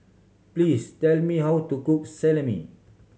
please tell me how to cook Salami